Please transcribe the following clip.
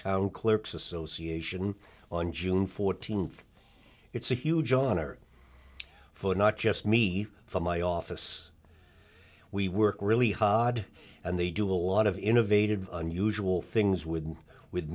town clerk's association on june fourteenth it's a huge honor for not just me for my office we work really hard and they do a lot of innovative unusual things with with